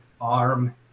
Arm